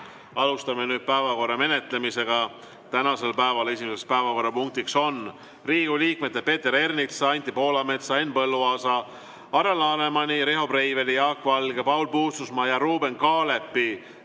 Alustame nüüd päevakorra menetlemist. Tänase päeva esimeseks päevakorrapunktiks on Riigikogu liikmete Peeter Ernitsa, Anti Poolametsa, Henn Põlluaasa, Alar Lanemani, Riho Breiveli, Jaak Valge, Paul Puustusmaa ja Ruuben Kaalepi